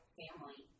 family